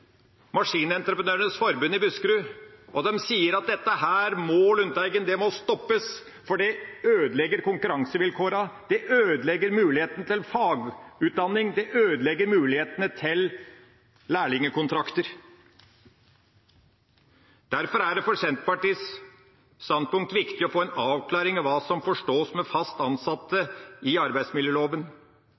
Maskinentreprenørenes Forbund i Buskerud, og de sier at dette må stoppes, for det ødelegger konkurransevilkårene, det ødelegger mulighetene til fagutdanning, det ødelegger mulighetene til lærlingkontrakter. Derfor er det ut fra Senterpartiets standpunkt viktig å få en avklaring av hva som forstås med fast ansatte i arbeidsmiljøloven,